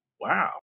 Wow